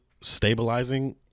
stabilizing